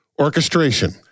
Orchestration